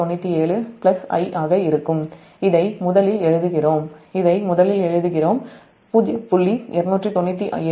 297 I ஆக இருக்கும் இதை முதலில் எழுதுகிறோம் 0